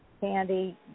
Candy